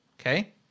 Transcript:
okay